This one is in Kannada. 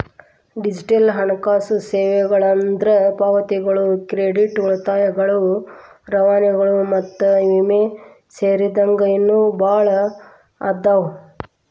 ಡಿಜಿಟಲ್ ಹಣಕಾಸು ಸೇವೆಗಳಂದ್ರ ಪಾವತಿಗಳು ಕ್ರೆಡಿಟ್ ಉಳಿತಾಯಗಳು ರವಾನೆಗಳು ಮತ್ತ ವಿಮೆ ಸೇರಿದಂಗ ಇನ್ನೂ ಭಾಳ್ ಅದಾವ